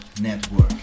Network